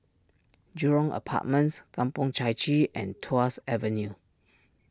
Jurong Apartments Kampong Chai Chee and Tuas Avenue